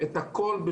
את הכול.